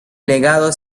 legado